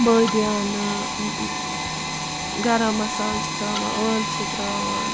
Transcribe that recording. بٲدیانہٕ گرم مصالہٕ چھِ ترٛاوان عٲلہٕ چھِ ترٛاوان